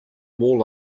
more